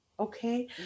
Okay